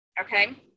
Okay